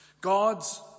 God's